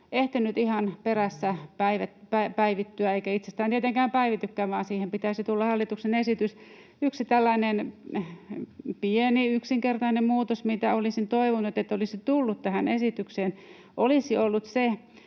ehtinyt ihan perässä päivittyä, eikä itsestään tietenkään päivitykään, vaan siihen pitäisi tulla hallituksen esitys. Yksi tällainen pieni, yksinkertainen muutos, mitä olisin toivonut, että olisi tullut tähän esitykseen, olisi ollut se,